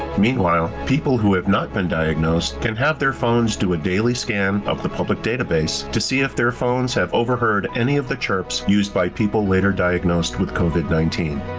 meanwhile, people who have not been diagnosed can have their phones do a daily scan of the public database to see if their phones have overheard any of the chirps used by people later diagnosed with covid nineteen.